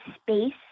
space